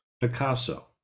picasso